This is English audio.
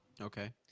Okay